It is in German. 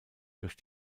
durch